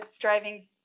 driving